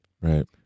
Right